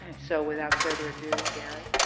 so without further ado, gary?